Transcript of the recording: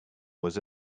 was